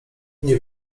nie